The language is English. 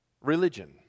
religion